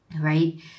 right